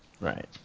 right